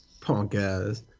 Punk-ass